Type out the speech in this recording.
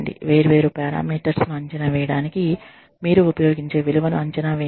వేర్వేరు పారామీటర్స్ ను అంచనా వేయడానికి మీరు ఉపయోగించే విలువను అంచనా వేయండి